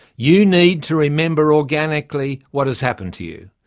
you need to remember organically what has happened to you.